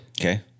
Okay